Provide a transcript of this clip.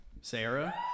Sarah